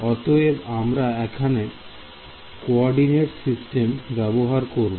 অতএব আমরা এখানে কোঅর্ডিনেট সিস্টেম ব্যবহার করব